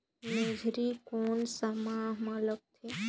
मेझरी कोन सा माह मां लगथे